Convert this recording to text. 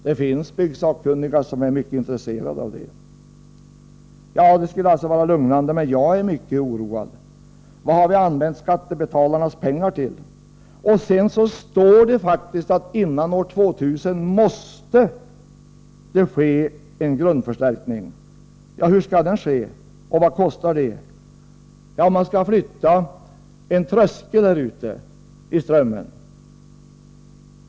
Det finns byggsakkunniga som är mycket intresserade av det. Detta skulle alltså vara lugnande, men jag är mycket oroad. Vad har vi använt skattebetalarnas pengar till? Vidare står det att det före år 2000 måste ske en grundförstärkning. Hur skall den ske, och vad kostar det? Det sägs att man skall flytta en tröskel där ute i Strömmen.